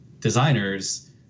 designers